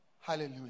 Hallelujah